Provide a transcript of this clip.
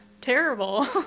terrible